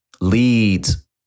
leads